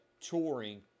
touring